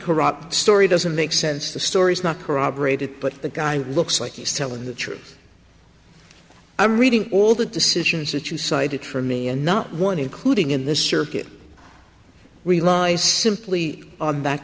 corrupt story doesn't make sense the story's not corroborated but the guy looks like he's telling the truth i'm reading all the decisions that you cited for me and not one including in this circuit rely simply on th